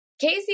Casey